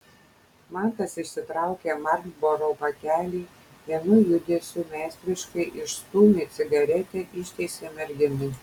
mantas išsitraukė marlboro pakelį vienu judesiu meistriškai išstūmė cigaretę ištiesė merginai